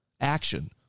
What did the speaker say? action